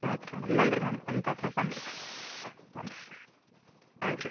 ಆಯ್ತು ರೀ ಮೇಡಮ್ ಬಂದೆ ರೀ ಮ್ಯಾಮ್ ಒಂದು ತಾಸ್ನಾಗೆ ಬಂದೆ ರೀ ಬಂದೆ ರೀ ತ್ಯಾಂಕ್ಸ್ ರೀ